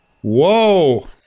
Whoa